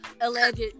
alleged